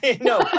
no